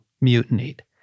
mutinied